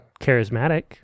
charismatic